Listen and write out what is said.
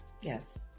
yes